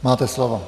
Máte slovo.